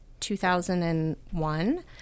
2001